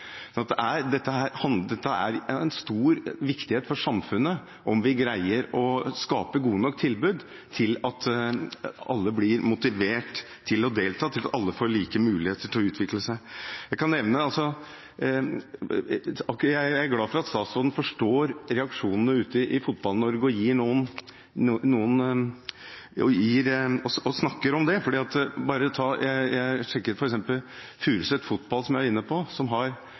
Det er svært viktig for samfunnet at vi greier å skape gode nok tilbud til at alle blir motivert til å delta, at alle får like muligheter til å utvikle seg. Jeg er glad for at statsråden forstår reaksjonene ute i Fotball-Norge og snakker om det. Jeg sjekket f.eks. Furuset Fotball, som jeg var inne på, og som har ca. 400 barn og unge i et meget viktig utsatt miljø i Oslo. De har ca. 1,5 mill. kr i årsbudsjett, altså halvparten av disse lønningene som